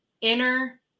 inner